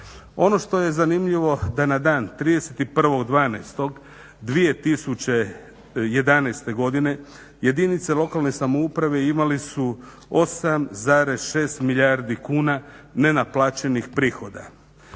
Ono što je zanimljivo da na dan 31.12.2011.godine jedince lokalne samouprave imale su 8,6 milijardi kuna nenaplaćenih prihoda.